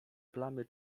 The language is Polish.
plamy